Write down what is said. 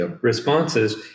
responses